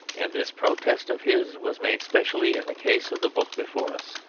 and this protest of his was made specially in the case of the book before us.